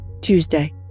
Tuesday